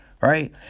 Right